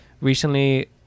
Recently